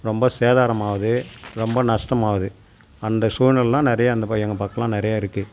ரொம்ப சேதாரம் ஆகுது ரொம்ப நஷ்டமாக ஆகுது அந்த சூழ்நிலையில் எல்லாம் நிறையா அந்த ப எங்கள் பக்கல்லாம் நிறையா இருக்கு